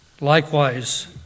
Likewise